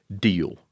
deal